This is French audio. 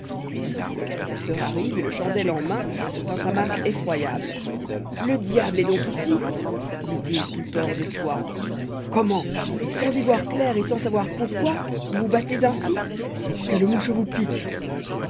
le professeur arrive une chandelle en main a ce tintamarre effroyable le diable est donc ici dit-il tout hors de soi comment sans y ygir clair et sans savoir pourquoij vous vous battez ainsi quelle mouche vous pique